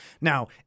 Now